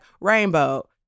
rainbow